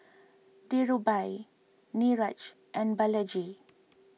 Dhirubhai Niraj and Balaji